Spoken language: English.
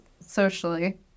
socially